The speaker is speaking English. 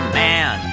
man